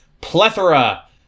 plethora